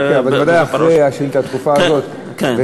אוקיי, אבל ודאי אחרי השאילתה הדחופה הזאת, כן.